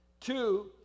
Two